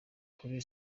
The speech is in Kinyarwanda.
kuri